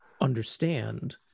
understand